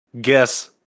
guess